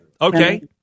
Okay